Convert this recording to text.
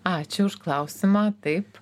ačiū už klausimą taip